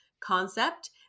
concept